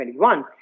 2021